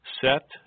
set